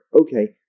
Okay